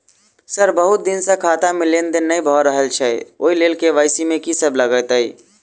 Sir बहुत दिन सऽ खाता मे लेनदेन नै भऽ रहल छैय ओई लेल के.वाई.सी मे की सब लागति ई?